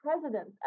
president